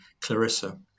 Clarissa